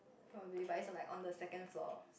probably but it's like on the second floor